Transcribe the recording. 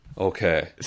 Okay